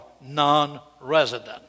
non-resident